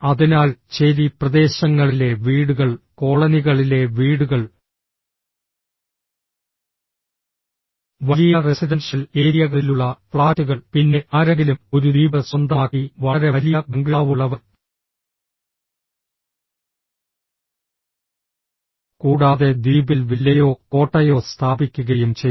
അതിനാൽ ചേരി പ്രദേശങ്ങളിലെ വീടുകൾ കോളനികളിലെ വീടുകൾ വലിയ റെസിഡൻഷ്യൽ ഏരിയകളിലുള്ള ഫ്ളാറ്റുകൾ പിന്നെ ആരെങ്കിലും ഒരു ദ്വീപ് സ്വന്തമാക്കി വളരെ വലിയ ബംഗ്ലാവുള്ളവർ കൂടാതെ ദ്വീപിൽ വില്ലയോ കോട്ടയോ സ്ഥാപിക്കുകയും ചെയ്തു